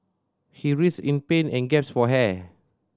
he writhed in pain and gasped for air